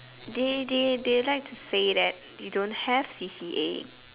they they they like to say that you don't have C_C_A